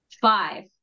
Five